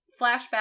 Flashback